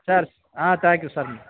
சரி ஆ தேங்க்யூ சரிம்மா